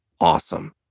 awesome